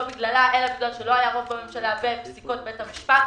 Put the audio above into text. לא בגללה אלא בגלל שלא היה רוב בממשלה ובגלל פסיקות בית המשפט.